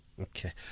Okay